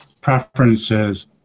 preferences